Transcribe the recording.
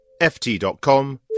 ft.com